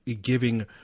giving